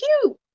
cute